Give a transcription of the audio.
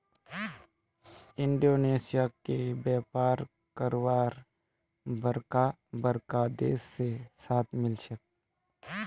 Indonesia क व्यापार करवार बरका बरका देश से साथ मिल छे